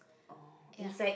ya